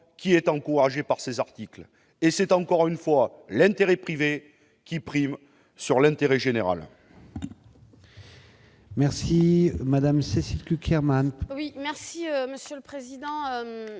qui est encouragée par ces articles. Encore une fois, l'intérêt privé prime sur l'intérêt général.